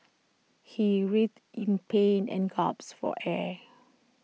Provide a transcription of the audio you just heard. he writhed in pain and gasped for air